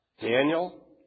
Daniel